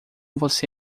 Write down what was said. você